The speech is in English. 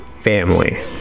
family